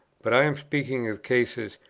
but i am speaking of cases,